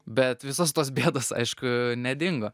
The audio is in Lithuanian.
bet visos tos bėdos aišku nedingo